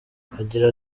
agira